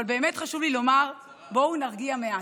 אבל באמת חשוב לי לומר: בואו נרגיע מעט,